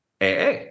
AA